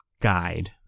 guide